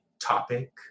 topic